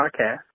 Podcast